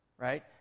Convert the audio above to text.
right